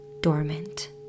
dormant